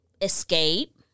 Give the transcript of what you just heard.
Escape